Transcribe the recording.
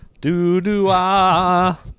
Do-do-ah